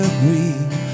breathe